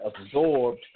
absorbed